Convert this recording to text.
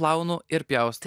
plaunu ir pjaustau